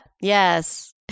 Yes